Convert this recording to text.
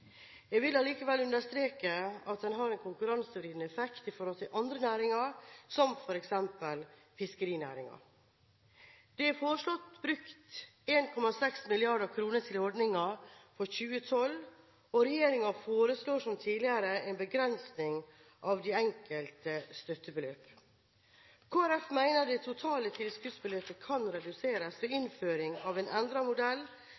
Jeg vil allikevel understreke at den har en konkurransevridende effekt i forhold til andre næringer, som f.eks. fiskerinæringen. Det er foreslått brukt 1,6 mrd. kr til ordningen for 2012, og regjeringen foreslår som tidligere en begrensning av de enkelte støttebeløp. Kristelig Folkeparti mener det totale tilskuddsbeløpet kan reduseres ved innføring av en endret modell